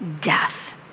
death